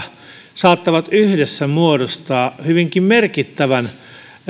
saattavat yhdessä muodostaa hyvinkin merkittävän